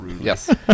Yes